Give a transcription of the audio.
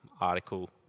article